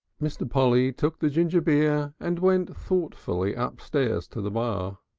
mr. polly took the ginger beer and went thoughtfully upstairs to the bar.